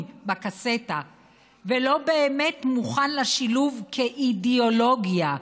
בקסטה ולא באמת מוכן לשילוב כאידיאולוגיה,